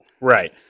right